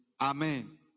Amen